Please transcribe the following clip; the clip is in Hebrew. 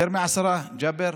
יותר מעשרה, ג'אבר?